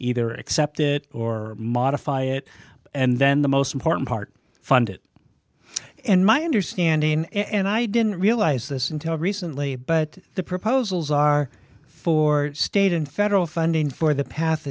either accept it or modify it and then the most important part fund it and my understanding and i didn't realize this until recently but the proposals are for state and federal funding for the path